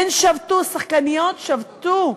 הן שבתו, שחקניות שבתו.